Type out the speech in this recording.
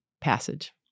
passage